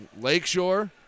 Lakeshore